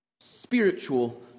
spiritual